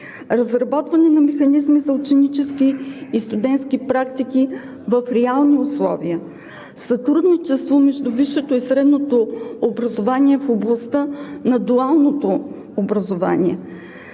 Разработване на механизми за ученически и студентски практики в реални условия. - Сътрудничество между висшето и средното образование в областта на дуалното образование.